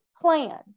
plan